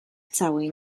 całej